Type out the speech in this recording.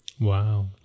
wow